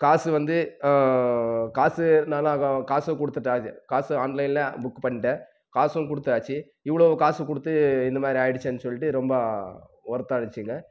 காசு வந்து காசுனாலும் காசு கொடுத்துட்டேன் காசு ஆன்லைனில் புக் பண்ணிவிட்டேன் காசும் கொடுத்தாச்சு இவ்வளோ காசு கொடுத்து இந்தமாதிரி ஆகிடுச்சேனு சொல்லிட்டு ரொம்ப வருத்தம் ஆகிடுச்சிங்க